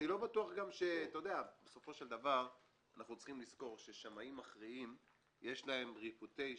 אנחנו צריכים לזכור ששמאים מכריעים יש להם reputation,